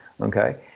okay